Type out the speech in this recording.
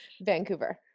Vancouver